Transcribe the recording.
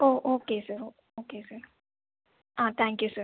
O okay sir oh okay sir ah thank you sir